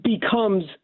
Becomes